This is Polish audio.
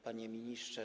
Panie Ministrze!